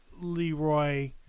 Leroy